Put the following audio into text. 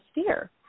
Steer